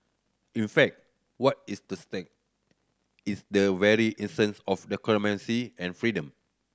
in fact what is the stake is the very essence of democracy and freedom